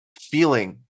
feeling